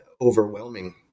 overwhelming